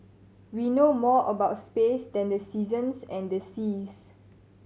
we know more about space than the seasons and the seas